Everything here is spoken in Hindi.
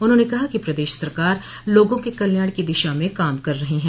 उन्होंने कहा कि प्रदेश सरकार लोगों के कल्याण की दिशा में काम कर रही है